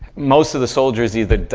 most of the soldiers either,